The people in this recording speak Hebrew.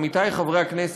עמיתי חברי הכנסת,